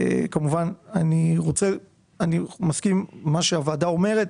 אני מסכים עם מה שהוועדה אומרת.